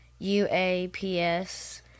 UAPS